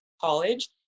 college